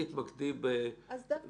אבל הצורך הזה להגדיר כל דבר